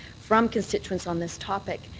from constituents on this topic,